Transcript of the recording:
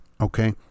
Okay